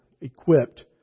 equipped